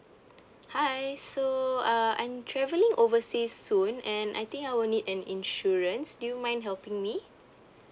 hi so uh I'm travelling overseas soon and I think I would need an insurance do you mind helping me